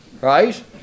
right